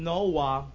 Noah